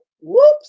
whoops